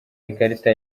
ikarita